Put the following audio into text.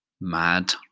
mad